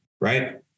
Right